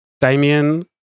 Damien